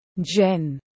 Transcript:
Jen